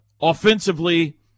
offensively